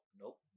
nope